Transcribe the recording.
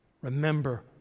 Remember